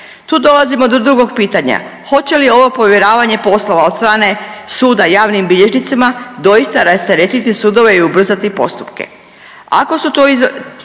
Tu dolazimo do drugog pitanja. Hoće li ovo povjeravanje poslova od strane suda javnim bilježnicima doista rasteretiti sudove i ubrzati postupke?